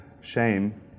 Shame